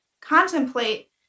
contemplate